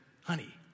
honey